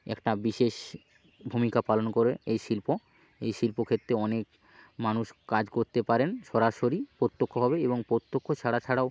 একটা বিশেষ ভূমিকা পালন করে এই শিল্প এই শিল্পক্ষেত্রে অনেক মানুষ কাজ করতে পারেন সরাসরি প্রত্যক্ষভাবে এবং প্রত্যক্ষ ছাড়া ছাড়াও